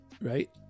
right